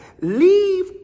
leave